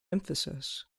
emphasis